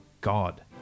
god